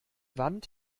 wand